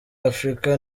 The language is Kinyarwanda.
africa